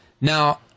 Now